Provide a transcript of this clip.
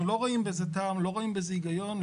אנחנו לא רואים בזה טעם, לא רואים בזה היגיון.